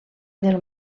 del